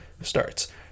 starts